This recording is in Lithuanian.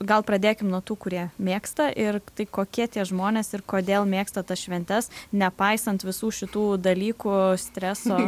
gal pradėkim nuo tų kurie mėgsta ir tai kokie tie žmonės ir kodėl mėgsta tas šventes nepaisant visų šitų dalykų streso